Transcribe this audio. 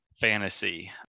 fantasy